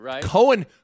Cohen